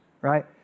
right